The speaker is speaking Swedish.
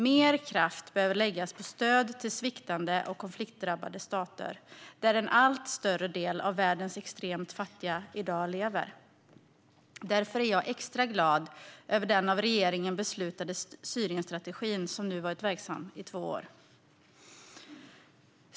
Mer kraft behöver läggas på stöd till sviktande och konfliktdrabbade stater, där en allt större andel av världens extremt fattiga i dag lever. Därför är jag extra glad över den av regeringen beslutade Syrienstrategin, som nu har varit verksam i två år.